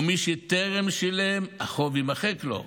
ומי שטרם שילם, החוב יימחק לו.